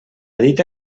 dita